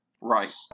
Right